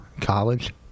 College